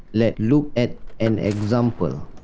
let look at an example.